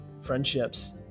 friendships